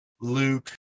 luke